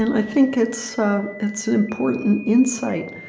and i think it's ah it's an important insight.